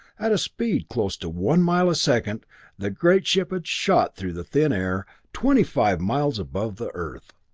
at a speed close to one mile a second the great ship had shot through the thin air, twenty-five miles above the earth.